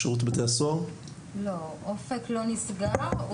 אופק לא נסגר,